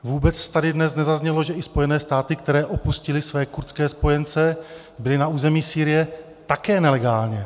Vůbec tady dnes nezaznělo, že i Spojené státy, které opustily své kurdské spojence, byly na území Sýrie také nelegálně.